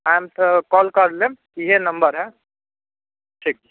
आइम तऽ कॉल करि लेब ईहे नम्बर हइ ठीक छै